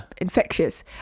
infectious